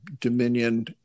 Dominion